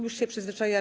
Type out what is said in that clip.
Już się przyzwyczaiłam.